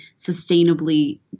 sustainably